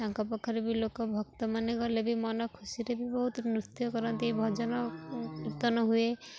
ତାଙ୍କ ପାଖରେ ବି ଲୋକ ଭକ୍ତମାନେ ଗଲେ ବି ମନ ଖୁସିରେ ବି ବହୁତ ନୃତ୍ୟ କରନ୍ତି ଭଜନ କୀର୍ତ୍ତନ ହୁଏ